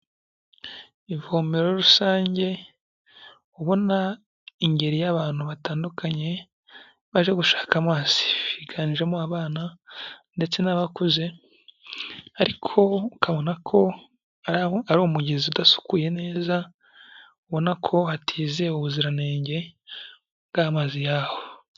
Ivomero rusange ubona ingeri y'abantu batandukanye baje gushaka amazi, biganjemo abana ndetse n'abakuze, ariko ukabona ko ari umugezi udasukuye neza, ubona ko hatizewe ubuziranenge bw'amazi yaho.